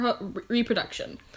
reproduction